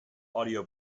audio